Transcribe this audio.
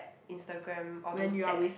Instagram all those that